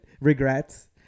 regrets